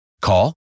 Call